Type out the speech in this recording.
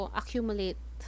accumulate